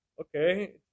okay